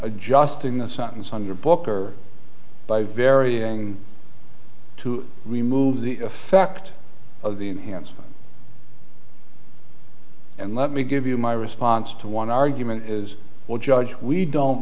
adjusting the sentence on your book or by varying to remove the effect of the enhancement and let me give you my response to one argument is well judge we don't